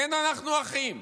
כן, אנחנו אחים.